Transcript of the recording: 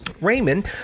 Raymond